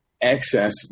excess